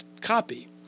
copy